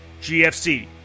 GFC